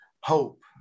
hope